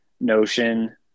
notion